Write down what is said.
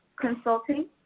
consulting